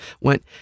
went